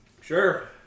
Sure